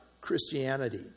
Christianity